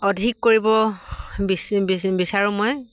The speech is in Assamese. অধিক কৰিব বিচ বিচাৰো মই